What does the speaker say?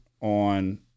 on